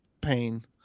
pain